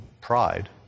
Pride